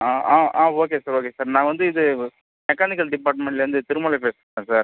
ஆ ஆ ஆ okay sir okay sir நான் வந்து இது மெக்கானிக்கல் டிப்பார்ட்மெண்ட்லேருந்து திருமலை பேசுகிறேன் சார்